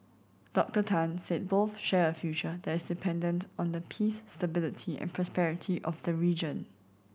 Doctor Tan said both share a future that is dependent on the peace stability and prosperity of the region